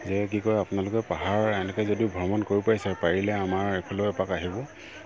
যে কি কয় আপোনালোকে পাহাৰ এনেকৈ যদি ভ্ৰমণ কৰিব পাৰিছে পাৰিলে আমাৰ এইফালেও এপাক আহিব